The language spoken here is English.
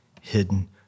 hidden